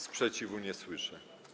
Sprzeciwu nie słyszę.